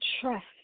trust